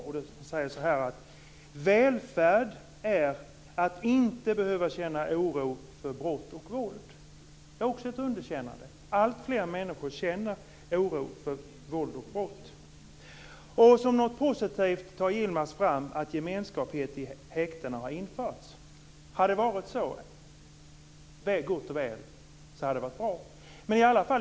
Han säger att välfärd är att inte behöva känna oro för brott och våld. Det är också ett underkännande. Alltfler människor känner oro för våld och brott. Som något positivt tar Yilmaz Kerimo fram att gemenskap i häkten har införts. Det hade varit bra om det var så gott och väl.